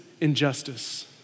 injustice